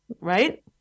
right